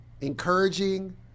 encouraging